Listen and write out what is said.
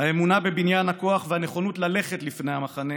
האמונה בבניין הכוח והנכונות ללכת לפני המחנה